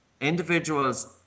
individuals